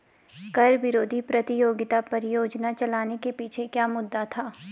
कर विरोधी प्रतियोगिता परियोजना चलाने के पीछे क्या मुद्दा था?